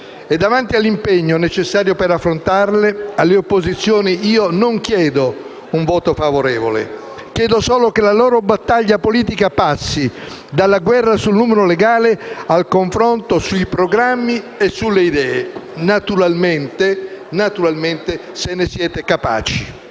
Davanti all'impegno necessario per affrontarle, alle opposizioni io non chiedo un voto favorevole; chiedo solo che la loro battaglia politica passi dalla guerra sul numero legale al confronto sui programmi e sulle idee, naturalmente se ne siete capaci.